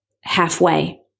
halfway